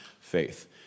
faith